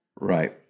Right